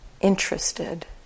Interested